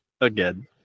Again